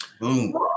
Boom